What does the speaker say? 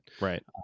Right